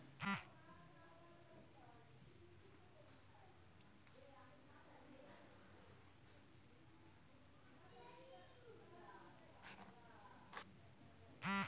रब्बी हंगामात कोणती पिके घेणे योग्य ठरेल?